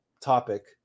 topic